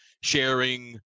sharing